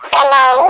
Hello